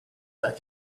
that